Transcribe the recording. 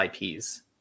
IPs